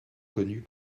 connue